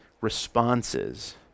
responses